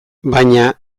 baina